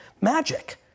magic